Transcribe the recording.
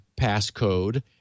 passcode